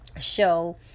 show